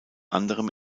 anderem